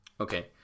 okay